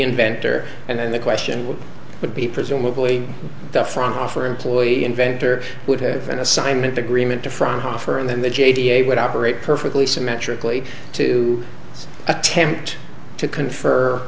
inventor and then the question would be presumably the front offer employee inventor would have an assignment agreement to front offer and then the j d a would operate perfectly symmetrically to attempt to confer